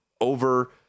over